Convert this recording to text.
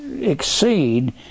exceed